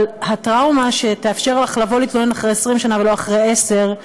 אבל הטראומה שתאפשר לך לבוא להתלונן אחרי 20 שנה ולא אחרי 10,